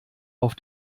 auf